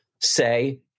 say